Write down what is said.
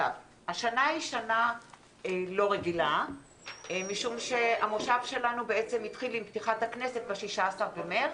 השנה היא שנה לא רגילה משום שהמושב התחיל עם פתיחת הכנסת ב-16 במרס,